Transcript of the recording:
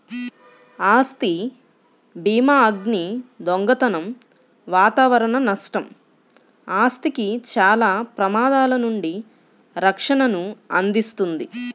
ఆస్తి భీమాఅగ్ని, దొంగతనం వాతావరణ నష్టం, ఆస్తికి చాలా ప్రమాదాల నుండి రక్షణను అందిస్తుంది